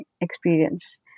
experience